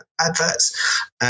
adverts